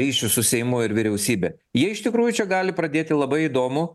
ryšius su seimu ir vyriausybe jie iš tikrųjų čia gali pradėti labai įdomų